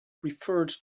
preferred